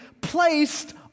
placed